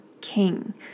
king